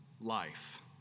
life